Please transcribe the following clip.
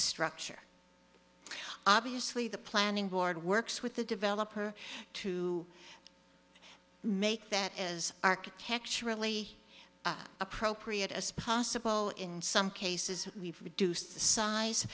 structure obviously the planning board works with the developer to make that as architecturally appropriate as possible in some cases we've reduced the size